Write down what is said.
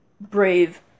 brave